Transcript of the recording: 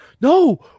no